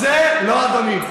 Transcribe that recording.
לא, אדוני.